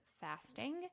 fasting